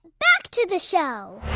back to the show